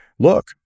Look